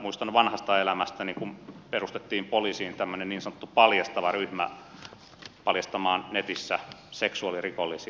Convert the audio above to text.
muistan vanhasta elämästäni kun perustettiin poliisiin tämmöinen niin sanottu paljastava ryhmä paljastamaan netissä seksuaalirikollisia